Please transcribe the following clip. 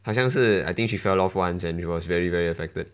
好像是 I think she fell off once and she was very very affected